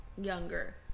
younger